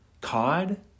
Cod